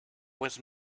was